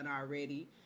already